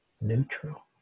neutral